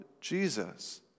Jesus